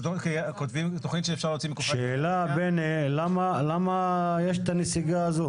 זאת תכנית שאפשר להוציא מכוחה --- למה יש את הנסיגה הזאת?